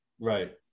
Right